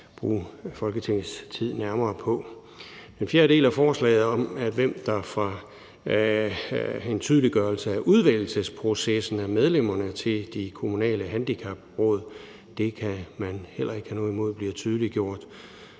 Den fjerde del af forslaget drejer sig om en tydeliggørelse af udvælgelsesprocessen, når det gælder medlemmer til de kommunale handicapråd. Det kan man heller ikke have noget imod bliver tydeliggjort.